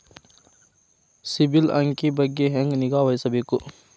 ಸಿಬಿಲ್ ಅಂಕಿ ಬಗ್ಗೆ ಹೆಂಗ್ ನಿಗಾವಹಿಸಬೇಕು?